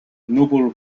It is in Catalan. núvol